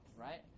right